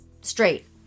Straight